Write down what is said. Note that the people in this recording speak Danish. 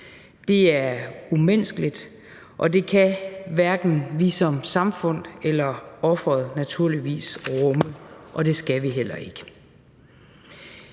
det er umenneskeligt, og det kan hverken vi som samfund eller offeret naturligvis rumme, og det skal vi heller ikke.